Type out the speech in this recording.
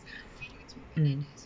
mm